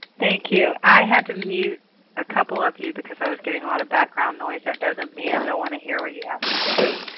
thank you, pat. i had to mute a couple of you because i was getting a lot of background noise. that doesn't mean i don't want to hear what you have to say,